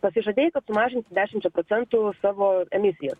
pasižadė sumažinti dešimčia procentų savo emisijas